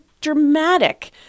dramatic